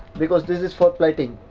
because this is for plating.